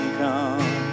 come